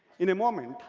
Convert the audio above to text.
in a moment,